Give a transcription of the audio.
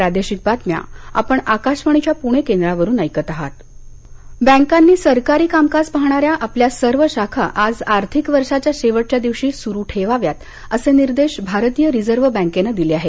reserve bank बँकांनी सरकारी कामकाज पाहणाऱ्या आपल्या सर्व शाखा आज आर्थिक वर्षाच्या शेवटच्या दिवशी सुरू ठेवाव्यात असे निर्देश भारतीय रिझर्व्ह बँकेनं दिले आहेत